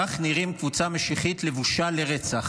כך נראית קבוצה משיחית לבושה לרצח.